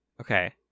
okay